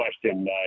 question